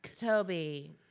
Toby